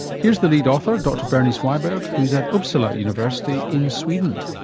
here's the lead author, dr bernice wiberg who's at uppsala university in sweden.